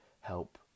help